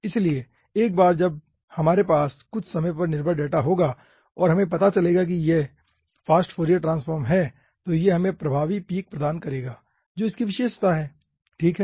इसलिए एक बार जब हमारे पास कुछ समय पर निर्भर डेटा होगा और हमें पता चलेगा कि यह फास्ट फोरियर ट्रांसफॉर्म है तो यह हमें प्रभावी पीक प्रदान करेगा जो इसकी विशेषता है ठीक है